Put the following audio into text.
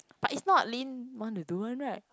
but it's not lin want to do one right